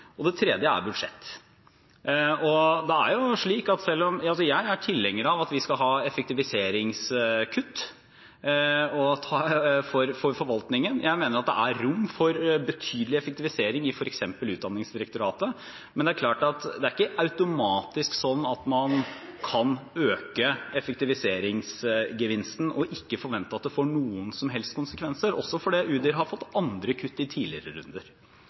Det tredje er budsjett. Jeg er tilhenger av at vi skal ha effektiviseringskutt i forvaltningen. Jeg mener at det er rom for betydelig effektivisering i f.eks. Utdanningsdirektoratet. Men det er ikke automatisk slik at man kan øke effektiviseringsgevinsten og ikke forvente at det får noen som helst konsekvenser, også fordi Udir har fått andre kutt i tidligere runder.